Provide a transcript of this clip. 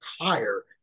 higher